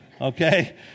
okay